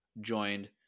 joined